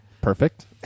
perfect